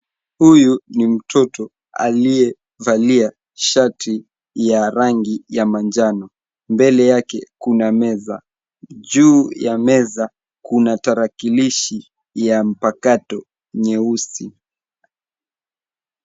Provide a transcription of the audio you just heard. Huyu ni mtoto aliyevalia shati ya rangi ya manjano. Mbele yake kuna meza. Juu ya meza kuna tarakilishi ya mpakato nyeusi.